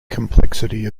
complexity